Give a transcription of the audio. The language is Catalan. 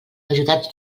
ajudats